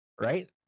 Right